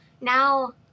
Now